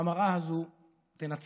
והמראה הזו תנצח